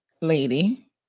lady